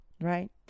Right